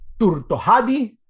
Turtohadi